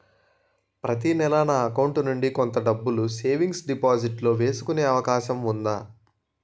ప్రతి నెల నా అకౌంట్ నుండి కొంత డబ్బులు సేవింగ్స్ డెపోసిట్ లో వేసుకునే అవకాశం ఉందా?